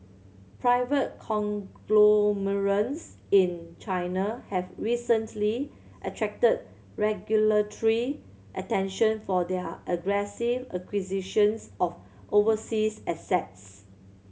private conglomerates in China have recently attracted regulatory attention for their aggressive acquisitions of overseas assets